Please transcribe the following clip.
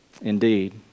Indeed